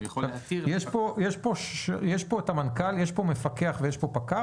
יש כאן את המנכ"ל, יש כאן את המפקח ויש את הפקח.